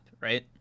right